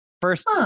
first